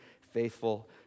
faithful